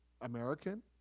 American